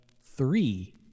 three